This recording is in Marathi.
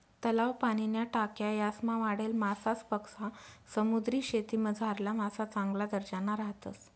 तलाव, पाणीन्या टाक्या यासमा वाढेल मासासपक्सा समुद्रीशेतीमझारला मासा चांगला दर्जाना राहतस